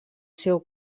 seu